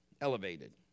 elevated